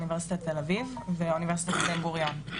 אוניברסיטת תל אביב ואוניברסיטת בן גוריון.